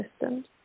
systems